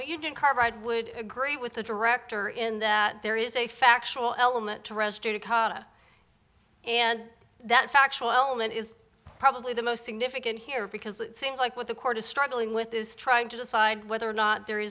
what you did carbide would agree with the director in that there is a factual element to rest acaba and that factual element is probably the most significant here because it seems like what the court is struggling with is trying to decide whether or not there